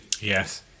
Yes